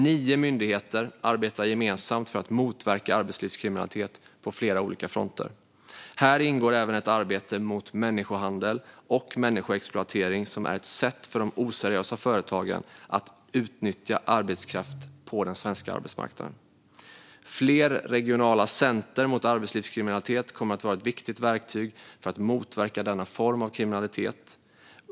Nio myndigheter arbetar gemensamt för att motverka arbetslivskriminalitet på flera olika fronter. Här ingår även ett arbete mot människohandel och människoexploatering, vilket är ett sätt för de oseriösa företagen att utnyttja arbetskraft på den svenska arbetsmarknaden. Fler regionala center mot arbetslivskriminalitet kommer att vara ett viktigt verktyg för att motverka denna form av kriminalitet.